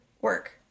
work